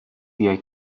بیای